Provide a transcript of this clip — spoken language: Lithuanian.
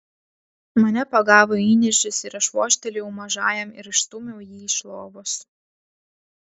mane pagavo įniršis ir aš vožtelėjau mažajam ir išstūmiau jį iš lovos